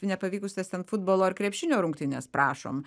nepavykusias ten futbolo ar krepšinio rungtynes prašom